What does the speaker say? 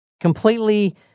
Completely